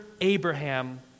Abraham